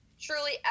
truly